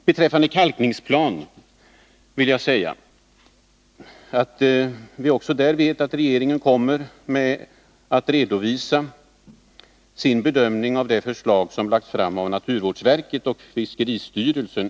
Beträffande kalkning av sjöar och vattendrag vill jag säga att regeringen kommer att redovisa sin bedömning av det förslag som lagts fram av naturvårdsverket och fiskeristyrelsen.